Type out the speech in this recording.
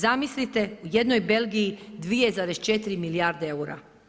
Zamislite u jednoj Belgiji 2,4 milijarde eura.